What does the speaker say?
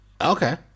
Okay